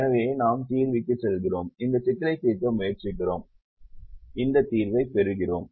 எனவே நாம் தீர்விக்குச் செல்கிறோம் இந்த சிக்கலை தீர்க்க முயற்சிக்கிறோம் இந்த தீர்வைப் பெறுகிறோம்